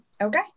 Okay